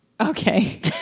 Okay